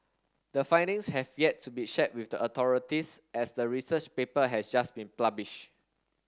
the findings have yet to be shared with the authorities as the research paper has just been published